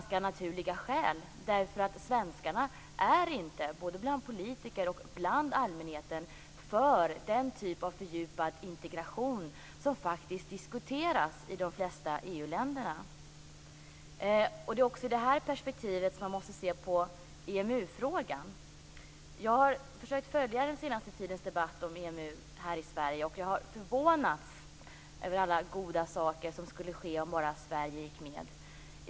Svenskarna är inte, vare sig bland politiker eller bland allmänheten, för den typen av fördjupad integration som diskuteras i de flesta EU-länderna. Det är också i det här perspektivet som man måste se på EMU-frågan. Jag har försökt följa den senaste tidens debatt om EMU här i Sverige, och jag har förvånats över alla goda saker som skulle ske, bara Sverige går med.